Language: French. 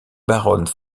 baronne